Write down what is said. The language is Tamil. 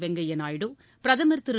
வெங்கையா நாயுடு பிரதமர் திரு